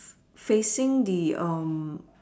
facing the um